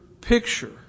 picture